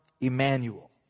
Emmanuel